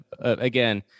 Again